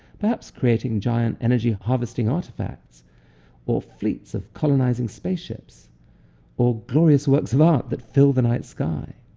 perhaps creating giant energy-harvesting artifacts or fleets of colonizing spaceships or glorious works of art that fill the night sky.